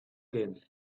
again